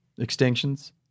extinctions